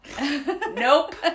Nope